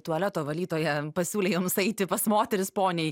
tualeto valytoja pasiūlė jums eiti pas moteris poniai